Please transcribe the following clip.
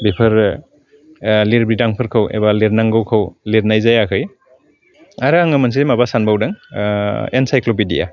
बेफोरो लिरबिदांफोरखौ एबा लिरनांगौखौ लिरनाय जायाखै आरो आङो मोनसे माबा सानबावदों एनसाइक्ल'बेदिया